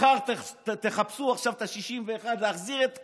מחר תחפשו את ה-61 להחזיר את כהנא.